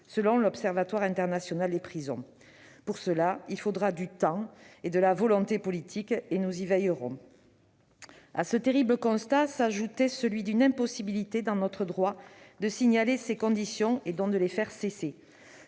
selon l'Observatoire international des prisons. Pour cela, il faudra du temps et de la volonté politique. Nous y veillerons. À ce terrible constat, s'ajoutait celui de l'impossibilité, dans notre droit, de signaler ces conditions et donc de les faire cesser.